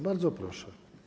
Bardzo proszę.